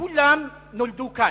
כולם נולדו כאן,